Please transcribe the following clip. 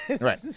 Right